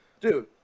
dude